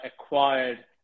acquired